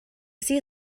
see